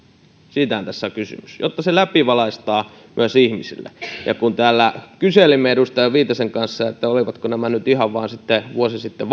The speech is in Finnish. tässä on kysymys jotta se läpivalaistaan ihmisille kun täällä kyselimme edustaja viitasen kanssa että olivatko nämä vuosi sitten nyt sitten